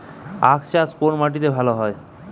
আখ চাষ কোন মাটিতে ভালো হয়?